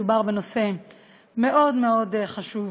מדובר בנושא מאוד מאוד חשוב,